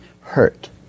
hurt